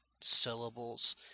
syllables